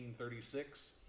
1936